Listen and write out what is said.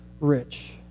rich